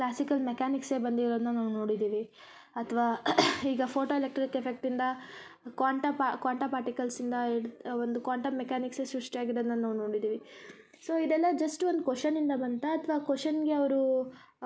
classical ಮೆಕ್ಯಾನಿಕ್ಸೆ ಬಂದಿರೋದ್ನ ನಾವು ನೋಡಿದ್ದೀವಿ ಅಥ್ವ ಈಗ ಫೋಟೋ ಎಲೆಟ್ರಿಕ್ ಎಫೆಕ್ಟ್ಯಿಂದ ಕ್ವಾಂಟ ಕ್ವಾಂಟ ಪಾಟಿಕಾಲ್ಸ್ಯಿಂದ ಒಂದು ಕ್ವಾಂಟಮ್ ಮೆಕ್ಯಾನಿಕ್ಸೆ ಸೃಷ್ಟಿ ಆಗಿರೋದನ್ನ ನಾವು ನೋಡಿದ್ದೀವಿ ಸೊ ಇದೆಲ್ಲ ಜಸ್ಟ್ ಒಂದು ಕೋಷನ್ಯಿಂದ ಬಂತ ಅಥ್ವ ಕೋಷನ್ಗೆ ಅವರು